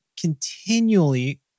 continually